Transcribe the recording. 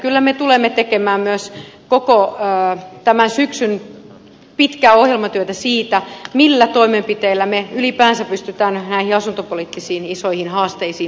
kyllä me tulemme tekemään myös koko tämän syksyn pitkää ohjelmatyötä siitä millä toimenpiteillä me ylipäänsä pystymme näihin isoihin asuntopoliittisiin haasteisiin vastaamaan